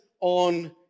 on